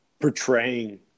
portraying